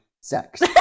sex